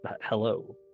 hello